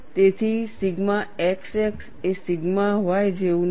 તેથી sigma xx એ sigma y જેવું નથી